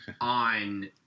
on